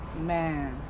Man